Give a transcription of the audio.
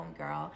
homegirl